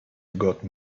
got